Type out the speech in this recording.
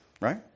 Right